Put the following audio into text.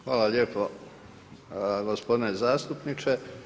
Hvala lijepo gospodine zastupniče.